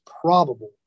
probable